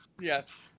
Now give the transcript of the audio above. Yes